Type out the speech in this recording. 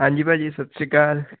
ਹਾਂਜੀ ਭਾਅ ਜੀ ਸਤਿ ਸ਼੍ਰੀ ਅਕਾਲ